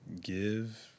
give